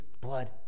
blood